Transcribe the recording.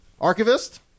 Archivist